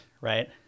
right